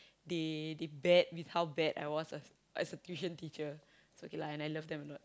they they bet with how bad I was as as a tuition teacher so okay lah and I love them a lot